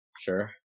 sure